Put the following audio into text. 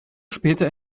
später